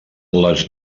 les